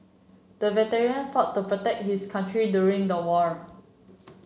the veteran fought to protect his country during the war